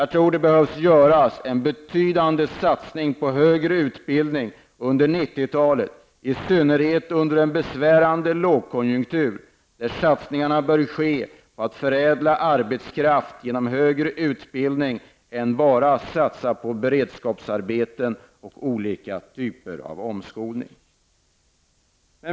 Jag tror att det under 90-talet behöver göras en betydande satsning på högre utbildning, i synnerhet under en besvärande lågkonjunktur, där satsningarna bör ske för att förädla arbetskraft med hjälp av högre utbildning. Det går inte att bara satsa på beredskapsarbeten och olika typer av omskolning.